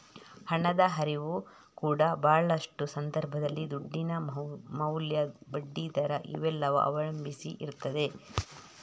ಹಣದ ಹರಿವು ಕೂಡಾ ಭಾಳಷ್ಟು ಸಂದರ್ಭದಲ್ಲಿ ದುಡ್ಡಿನ ಮೌಲ್ಯ, ಬಡ್ಡಿ ದರ ಇವನ್ನೆಲ್ಲ ಅವಲಂಬಿಸಿ ಇರ್ತದೆ